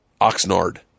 Oxnard